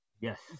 yes